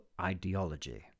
ideology